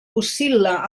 oscil·la